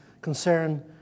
concern